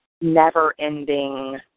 never-ending